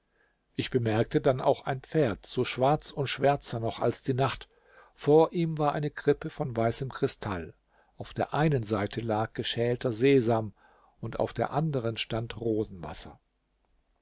ich bemerkte dann auch ein pferd so schwarz und schwärzer noch als die nacht vor ihm war eine krippe von weißem kristall auf der einen seite lag geschälter sesam und auf der anderen stand rosenwasser